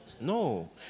No